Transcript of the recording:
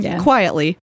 quietly